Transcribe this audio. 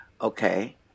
Okay